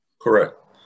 Correct